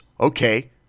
okay